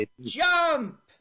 jump